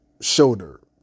shoulder